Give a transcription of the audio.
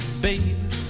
babe